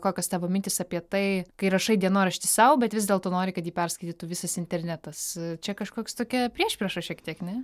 kokios tavo mintys apie tai kai rašai dienoraštį sau bet vis dėlto nori kad jį perskaitytų visas internetas čia kažkoks tokia priešprieša šiek tiek ne